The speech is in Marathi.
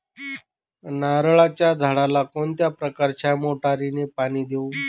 नारळाच्या झाडाला कोणत्या प्रकारच्या मोटारीने पाणी देऊ?